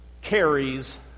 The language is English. carries